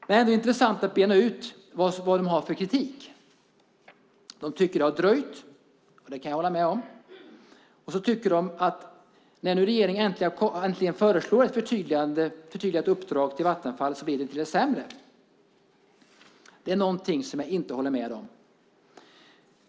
Det är ändå intressant att bena ut vad de har för kritik. De tycker att det har dröjt. Det kan jag hålla med om. De tycker också att det när regeringen nu äntligen föreslår ett förtydligat uppdrag till Vattenfall blir till det sämre. Det håller jag inte med om.